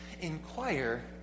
inquire